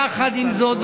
יחד עם זאת,